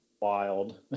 wild